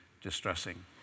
distressing